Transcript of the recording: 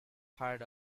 had